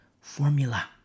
Formula